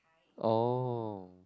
oh